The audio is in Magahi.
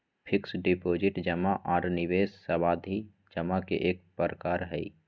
फिक्स्ड डिपाजिट जमा आर निवेश सावधि जमा के एक प्रकार हय